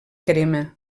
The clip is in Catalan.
crema